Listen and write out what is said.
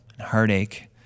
heartache